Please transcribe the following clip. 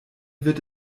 wird